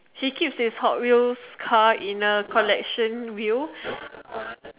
he keeps his hot wheels car in a collection wheel